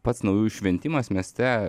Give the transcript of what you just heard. pats naujųjų šventimas mieste